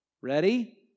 ready